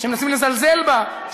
שמנסים לזלזל בה,